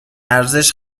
ارزش